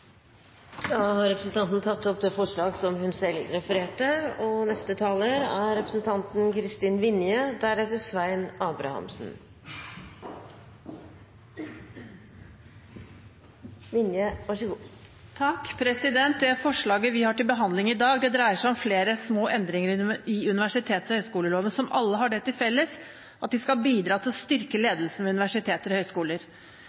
tatt opp det forslag hun selv refererte til. Det forslaget vi har til behandling i dag, dreier seg om flere små endringer i universitets- og høyskoleloven som alle har det til felles at de skal bidra til å styrke